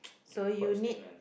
so you need